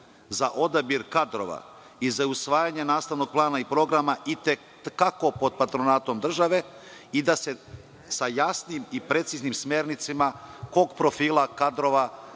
za odabir kadrova i za usvajanje nastavnog plana i programa i te kako pod patronatom države i da se sa jasnim i preciznim smernicama koje profile kadrova